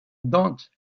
dante